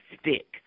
stick